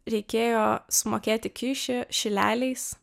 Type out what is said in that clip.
reikėjo sumokėti kyšį šileliais